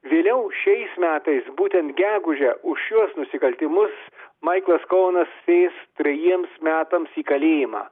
vėliau šiais metais būtent gegužę už šiuos nusikaltimus maiklas koenas sės trejiems metams į kalėjimą